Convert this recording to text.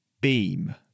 Beam